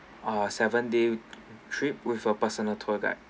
ah seven day trip with a personal tour guide